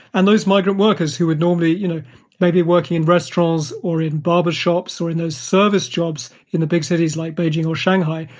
and those migrant workers who would normally be you know maybe working in restaurants, or in barber shops, or in those service jobs in the big cities like beijing or shanghai,